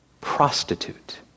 prostitute